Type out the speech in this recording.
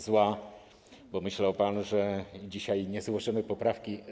Zła, bo myślał pan, że dzisiaj nie złożymy poprawki.